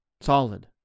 solid